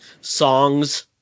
songs